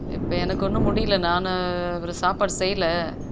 இப்போ எனக்கு ஒன்னும் முடியலை நான் ஒரு சாப்பாடு செய்யலை